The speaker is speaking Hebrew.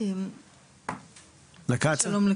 מכירה את זה.